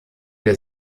der